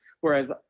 Whereas